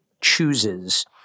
chooses